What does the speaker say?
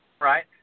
right